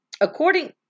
According